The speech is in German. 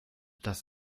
dass